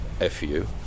F-U